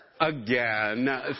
again